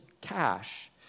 cash